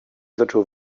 zaczął